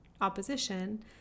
opposition